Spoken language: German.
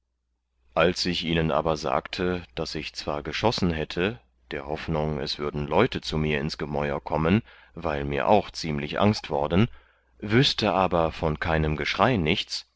als ich ihnen aber sagte daß ich zwar geschossen hätte der hoffnung es würden leute zu mir ins gemäur kommen weil mir auch ziemlich angst worden wüßte aber von keinem geschrei nichts